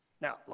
Now